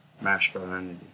masculinity